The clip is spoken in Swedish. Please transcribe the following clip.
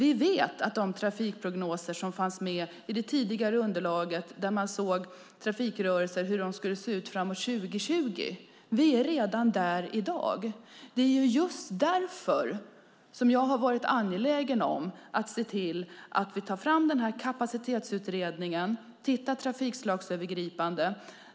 I de trafikprognoser som fanns med i det tidigare underlaget beräknades hur trafikrörelserna skulle se ut framåt 2020, och vi vet att vi är där redan i dag. Det är just därför som jag har varit angelägen om att se till att vi tar fram Kapacitetsutredningen och tittar trafikslagsövergripande.